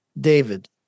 David